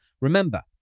Remember